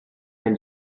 nel